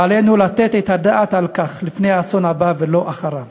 ועלינו לתת את הדעת על כך לפני האסון הבא ולא אחריו.